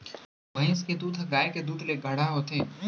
भईंस के दूद ह गाय के दूद ले गाढ़ा होथे